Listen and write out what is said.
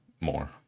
more